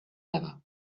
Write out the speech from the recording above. ever